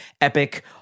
epic